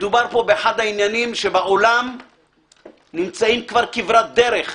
מדובר פה באחד העניינים שבעולם נמצאים כבר כברת דרך.